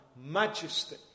majesty